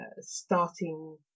starting